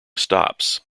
stops